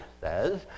says